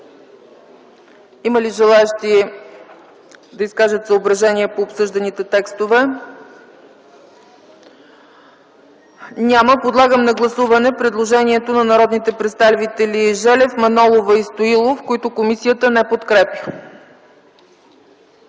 Има ли желаещи да изкажат съображения по обсъжданите текстове? Няма. Подлагам на гласуване предложението на народните представители Желев, Манолова и Стоилов, които комисията не подкрепя.